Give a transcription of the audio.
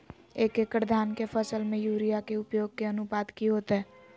एक एकड़ धान के फसल में यूरिया के उपयोग के अनुपात की होतय?